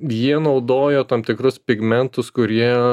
jie naudojo tam tikrus pigmentus kurie